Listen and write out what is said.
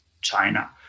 China